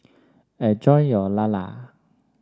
enjoy your Lala